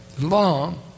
long